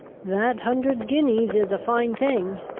that hundred guineas is a fine thing,